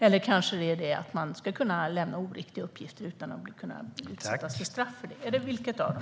Eller är det att man ska kunna lämna oriktiga uppgifter utan att bli straffad? Vilket är det?